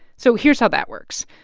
so here's how that works.